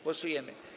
Głosujemy.